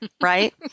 right